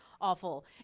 awful